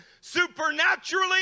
supernaturally